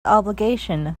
obligation